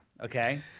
okay